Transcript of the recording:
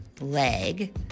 leg